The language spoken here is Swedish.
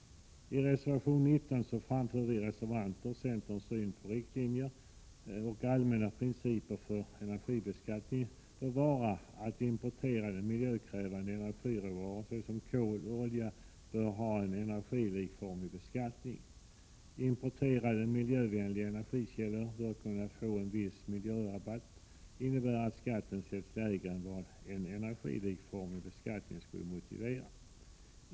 I reservation 19 framför vi reservanter centerns syn på allmänna principer för energibeskattningen och menar att importerade miljökrävande energiråvaror såsom kol och olja bör ha en energilikformig beskattning. Importerade miljövänliga energikällor bör kunna få en viss ”miljörabatt”, innebärande att skatten sätts lägre än vad en energilikformig beskattning skulle motivera.